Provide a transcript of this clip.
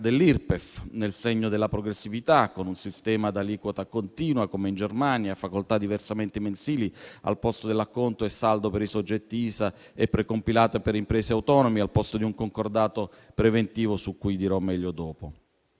dell'Irpef nel segno della progressività, con un sistema ad aliquota continua come in Germania; facoltà diversamente mensili al posto dell'acconto e saldo per i soggetti ISA e precompilata per imprese e autonomi al posto di un concordato preventivo, su cui dirò meglio dopo;